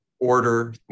order